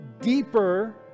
Deeper